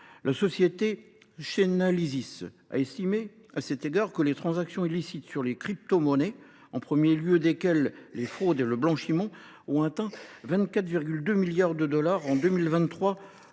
La société Chainalysis a estimé à cet égard que le volume des transactions illicites réalisées en cryptomonnaies, en premier lieu desquelles les fraudes et le blanchiment, a atteint 24,2 milliards de dollars en 2023